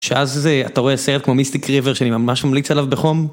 שאז אתה רואה סרט כמו מיסטיק ריבר שאני ממש ממליץ עליו בחום